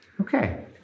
Okay